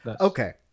Okay